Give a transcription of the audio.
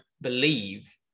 believe